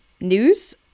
news